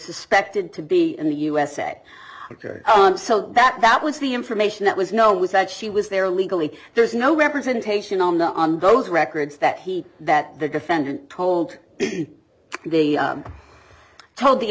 suspected to be in the usa so that was the information that was know was that she was there legally there is no representation on the on those records that he that the defendant told the told the